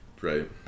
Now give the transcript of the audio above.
Right